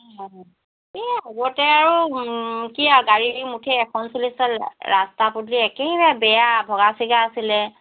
অঁ এই আগতে আৰু তেতিয়া গাড়ী মুঠেই এখন চলিছিল ৰাস্তা পদূলি একেবাৰে বেয়া ভগা ছিগা আছিলে